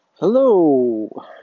hello